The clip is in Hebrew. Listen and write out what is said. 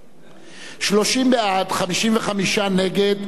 30 בעד, 55 נגד, אין נמנעים.